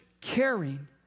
caring